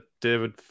david